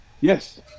Yes